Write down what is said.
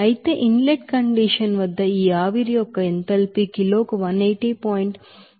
అయితే inlet condition వద్ద ఈ ఆవిరి యొక్క ఎంథాల్పీ కిలోకు 180